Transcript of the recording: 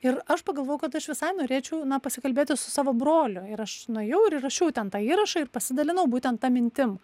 ir aš pagalvojau kad aš visai norėčiau na pasikalbėti su savo broliu ir aš nuėjau ir įrašiau ten tą įrašą ir pasidalinau būtent ta mintim